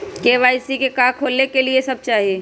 KYC का का खोलने के लिए कि सब चाहिए?